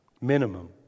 minimum